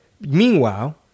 meanwhile